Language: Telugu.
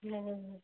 లే